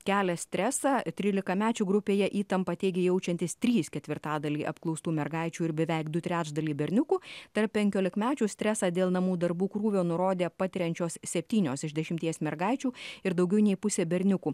kelia stresą trylikamečių grupėje įtampą teigia jaučiantys trys ketvirtadaliai apklaustų mergaičių ir beveik du trečdaliai berniukų tarp penkiolikmečių stresą dėl namų darbų krūvio nurodė patiriančios septynios iš dešimties mergaičių ir daugiau nei pusė berniukų